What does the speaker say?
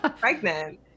pregnant